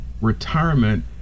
retirement